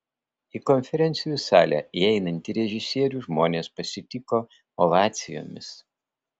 į konferencijų salę įeinantį režisierių žmonės pasitiko ovacijomis